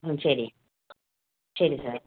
ம் சரி சரி சார்